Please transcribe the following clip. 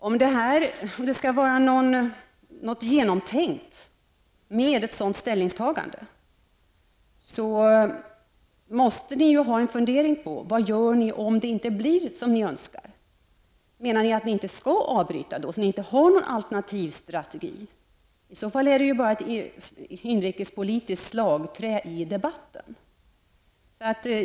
Om detta ställningstagande är genomtänkt måste ni ha funderat på vad ni gör om det inte blir som ni önskar. Menar ni att ni då inte skall avbryta? Har ni inte någon alternativstrategi? I så fall är detta bara ett inrikespolitiskt slagträ i debatten.